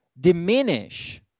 diminish